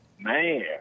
man